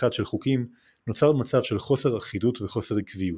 אחת של חוקים נוצר מצב של חוסר אחידות וחוסר עקביות.